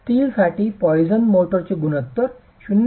स्टीलसाठी पॉइसनचे मोर्टारचे गुणोत्तर 0